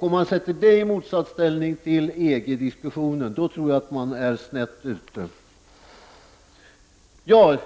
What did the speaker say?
Om man sätter det i motsatsställning till EG-diskussionen tror jag att man hamnar snett. Sedan till